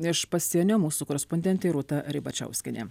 iš pasienio mūsų korespondentė rūta ribačiauskienė